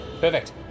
perfect